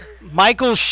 Michael